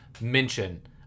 mention